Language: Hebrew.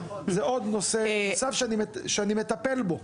זה עוד נושא נוסף שאני מטפל בו.